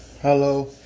Hello